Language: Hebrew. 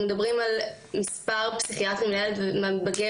אנחנו מדברים על מספר פסיכיאטרים לילד ומתבגר,